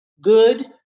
good